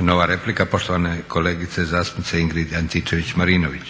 Nova replika poštovane kolegice zastupnice Ingrid Antičević-Marinović.